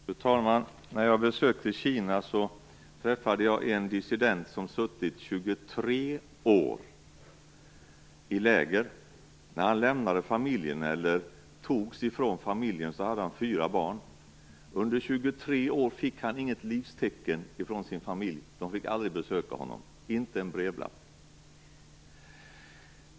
Fru talman! När jag besökte Kina träffade jag en dissident som suttit 23 år i läger. När han lämnade familjen, eller togs ifrån den, hade han fyra barn. Under 23 år fick han inget livstecken från sin familj. De fick aldrig besöka honom - inte en brevlapp!